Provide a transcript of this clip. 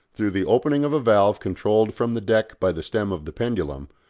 through the opening of a valve controlled from the deck by the stem of the pendulum,